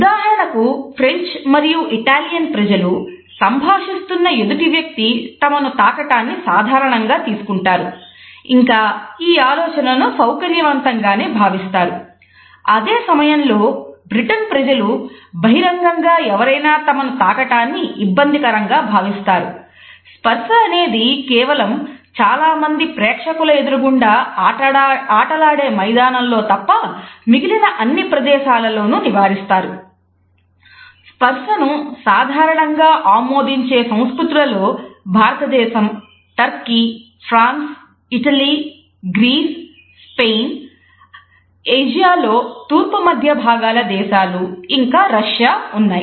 ఉదాహరణకు ఫ్రెంచ్ ఉన్నాయి